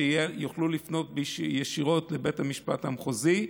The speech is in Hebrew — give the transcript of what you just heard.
שיוכלו לפנות ישירות לבית המשפט המחוזי,